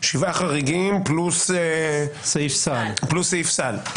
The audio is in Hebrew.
חריגים פלוס סעיף סל,